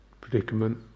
predicament